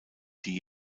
die